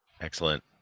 Excellent